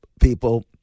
people